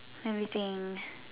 let me think